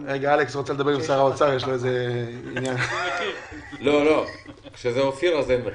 יש לך את ההסכמה שלנו, רק בגלל שזה אופיר.